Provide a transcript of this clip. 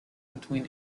between